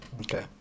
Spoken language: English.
Okay